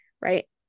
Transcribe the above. Right